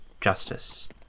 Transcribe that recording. Justice